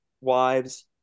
wives